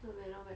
not bad not bad